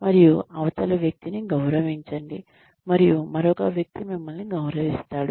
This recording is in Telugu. మరియు అవతలి వ్యక్తిని గౌరవించండి మరియు మరొక వ్యక్తి మిమ్మల్ని గౌరవిస్తాడు